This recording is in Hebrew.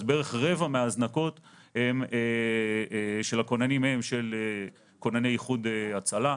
אז בערך רבע מההזנקות של הכוננים הן של כונני איחוד הצלה.